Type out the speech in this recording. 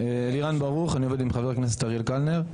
אני עובד עם חבר הכנסת אריאל קלנר.